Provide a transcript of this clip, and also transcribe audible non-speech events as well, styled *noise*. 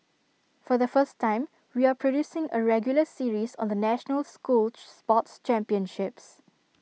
for the first time we are producing A regular series on the national school *unintelligible* sports championships